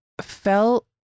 felt